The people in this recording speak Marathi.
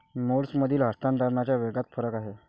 मोड्समधील हस्तांतरणाच्या वेगात फरक आहे